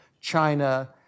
China